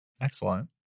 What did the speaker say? Excellent